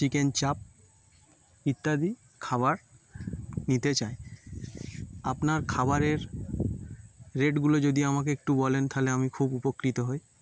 chicken chaap ইত্যাদি খাবার নিতে চাই আপনার খাবারের রেটগুলো যদি আমকে একটু বলেন তাহলে আমি খুব উপকৃত হই